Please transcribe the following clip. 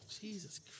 Jesus